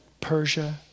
Persia